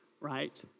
right